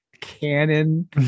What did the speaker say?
Canon